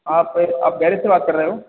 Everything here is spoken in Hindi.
आप आप गैरेज से बात कर रहे हो